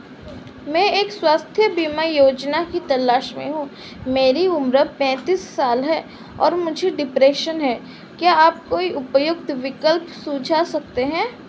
मैं एक स्वास्थ्य बीमा योजना की तलाश में हूँ मेरी उम्र पैंतीस साल है और मुझे डिप्रेशन है क्या आप कोई उपयुक्त विकल्प सुझा सकते हैं